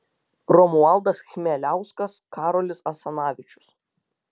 romualdas chmeliauskas karolis asanavičius